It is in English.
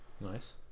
Nice